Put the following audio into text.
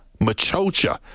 Machocha